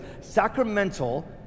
Sacramental